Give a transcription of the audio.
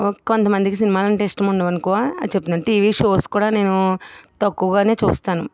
కొంతమందికి సినిమాలు అంటే ఇష్టం ఉండవు అనుకో టీవీ షోస్ కూడా నేను తక్కువగా చూస్తాను